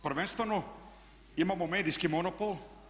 Prvenstveno imamo medijski monopol.